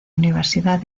universidad